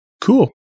Cool